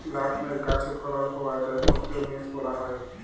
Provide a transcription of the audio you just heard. nutmeg গাহাচে ফলল হউয়া জাইফলকে মেস ব্যলা হ্যয়